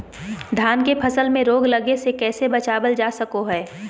धान के फसल में रोग लगे से कैसे बचाबल जा सको हय?